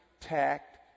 tact